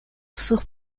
sus